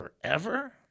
forever